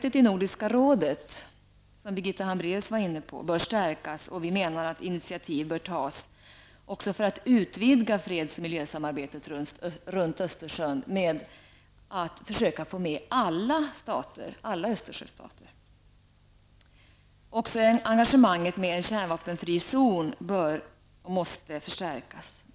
Birgitta Hambraeus var inne på, bör stärkas, och vi menar att initiativ bör tas för att utvidga freds och miljösamarbetet runt Östersjön genom att få med alla Östersjöstater. Också engagemanget med en kärnvapenfri zon måste förstärkas.